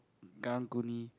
karang guni